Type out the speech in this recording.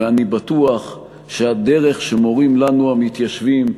ואני בטוח שהדרך שמורים לנו המתיישבים,